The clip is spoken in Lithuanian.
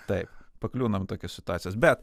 taip pakliūnam į tokias situacijas bet